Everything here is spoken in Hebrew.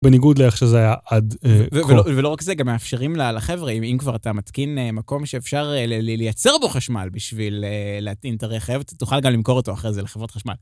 בניגוד לאיך שזה היה עד כה. ולא רק זה, גם מאפשרים לחבר'ה, אם כבר אתה מתקין מקום שאפשר לייצר בו חשמל, בשביל להתאים את הרכב, אתה תוכל גם למכור אותו אחרי זה לחברת חשמל.